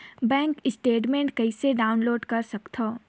Bank statement कइसे download कर सकथव?